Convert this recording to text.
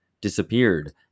disappeared